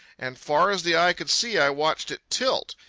and far as the eye could see i watched it tilt,